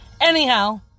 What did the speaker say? Anyhow